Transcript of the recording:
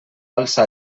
alçar